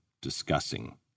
discussing